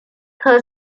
her